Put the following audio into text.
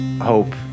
hope